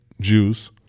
Jews